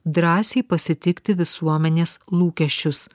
drąsiai pasitikti visuomenės lūkesčius